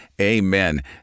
Amen